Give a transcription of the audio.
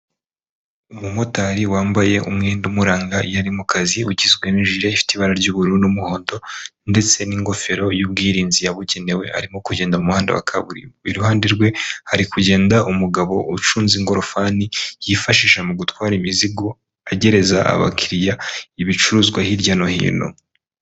Umumotari wambaye umwenda umuranga iyo ari mu kazi, ugizwe n'ijire ifite ibara ry'ubururu n'umuhondo ndetse n'ingofero y'ubwirinzi yabugenewe, arimo kugenda mu muhanda wa kaburimbo, iruhande rwe hari kugenda umugabo ucunze ingorofani yifashisha mu gutwara imizigo, agereza abakiriya ibicuruzwa hirya no hino.